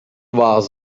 was